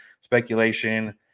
speculation